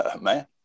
man